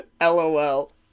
LOL